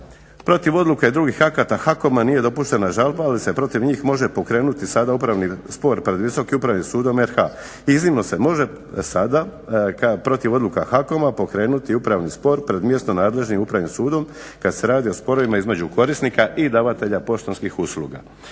protiv odluke drugih akata HAKOM-a nije dopuštena žalba ali se protiv njih može pokrenuti sada upravni spor pred Visokim upravnim sudom RH. I iznimno se može sada …/Govornik se ne razumije./… protiv odluka HAKOM-a pokrenuti upravni spor pred mjesno nadležnim upravnim sudom kada se radi o sporovima između korisnika i davatelja poštanskih usluga.